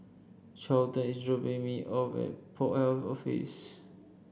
Charlton is dropping me off at Port Health Office